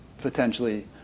potentially